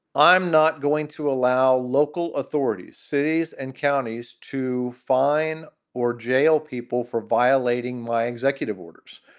i'm not going to allow local authorities, cities and counties to fine or jail people for violating my executive orders.